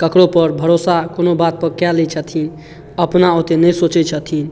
ककरोपर भरोसा कोनो बातपर कए लै छथिन अपना ओते नहि सोचै छथिन